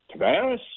Tavares